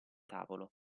tavolo